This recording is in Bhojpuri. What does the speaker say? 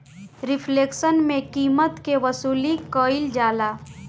रिफ्लेक्शन में कीमत के वसूली कईल जाला